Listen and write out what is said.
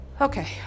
Okay